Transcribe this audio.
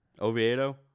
Oviedo